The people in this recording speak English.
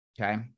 Okay